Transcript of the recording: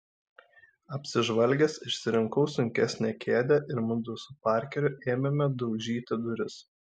apsižvalgęs išsirinkau sunkesnę kėdę ir mudu su parkeriu ėmėme daužyti duris